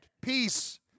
Peace